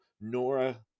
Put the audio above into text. Nora